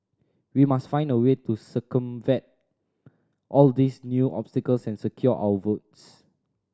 we must find a way to circumvent all these new obstacles and secure our votes